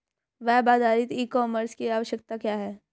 Web आधारित e commerce की आवश्यकता क्या है?